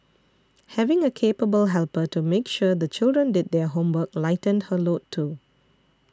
having a capable helper to make sure the children did their homework lightened her load too